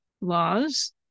laws